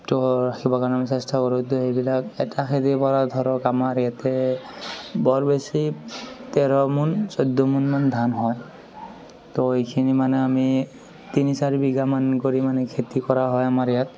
তো ৰাখিবৰ কাৰণে আমি চেষ্টা কৰোঁ তো এইবিলাক এটা খেতিৰ পৰা ধৰক আমাৰ এতে বৰ বেছি তেৰ মোন চৈধ্য মোন মান ধান হয় তো এইখিনি মানে আমি তিনি চাৰি বিঘামান কৰি খেতি কৰা হয় আমাৰ ইয়াত